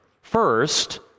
First